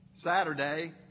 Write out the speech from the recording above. Saturday